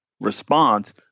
response